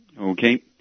Okay